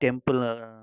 temple